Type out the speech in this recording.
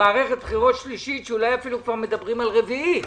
מערכת בחירות שלישית ואולי מדברים על רביעית,